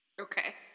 Okay